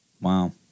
Wow